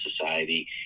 society